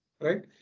right